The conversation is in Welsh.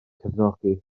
cefnogi